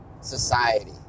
society